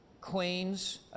queens